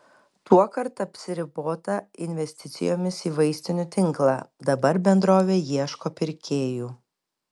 tuokart apsiribota investicijomis į vaistinių tinklą dabar bendrovė ieško pirkėjų